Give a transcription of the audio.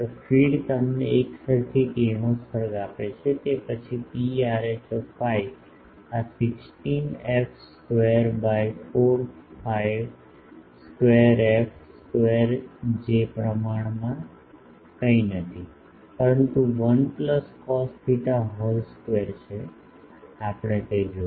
feed તમને એકસરખી કિરણોત્સર્ગ આપે છે તે પછી P rho phi આ 16f square by 4 phi square F square જે પ્રમાણમાં કંઈ નથી પરંતુ 1 plus cos theta whole square છે આપણે તે જોશું